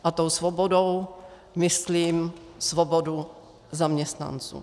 A tou svobodou myslím svobodu zaměstnanců.